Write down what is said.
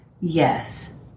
yes